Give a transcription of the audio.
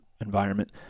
environment